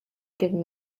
giving